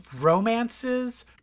romances